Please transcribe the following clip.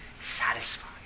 satisfied